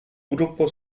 gruppo